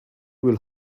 will